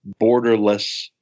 borderless